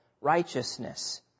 righteousness